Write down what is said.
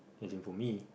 as in for me